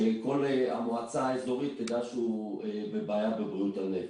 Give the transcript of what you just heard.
שכל המועצה האזורית תדע שהוא בבעיה בבריאות הנפש.